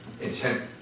intent